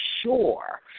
sure